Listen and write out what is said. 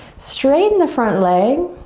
straiten the front leg,